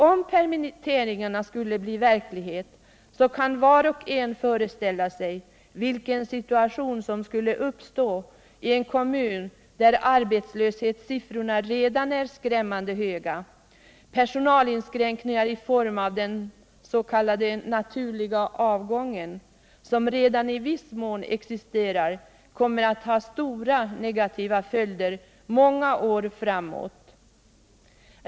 Om permitteringarna skulle bli verklighet, så kan var och en föreställa sig vilken situation som skulle uppstå i en kommun där arbetslöshetssiffrorna redan är skrämmande höga. Personalinskränkningar i form av den s.k. naturliga avgången, som redan i viss mån existerar, kommer att ha stora negativa följder många år framåt.